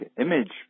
image